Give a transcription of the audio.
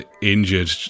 injured